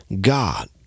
God